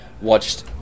watched